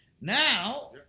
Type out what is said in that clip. Now